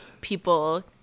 people